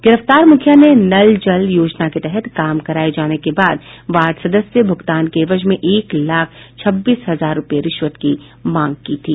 गिरफ्तार मुखिया ने नल जल योजना के तहत काम कराये जाने के बाद वार्ड सदस्य से भूगतान के एवज में एक लाख छब्बीस हजार रुपये रिश्वत की मांग की थी